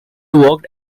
worked